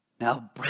Now